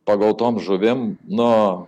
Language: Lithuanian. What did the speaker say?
pagautom žuvim nu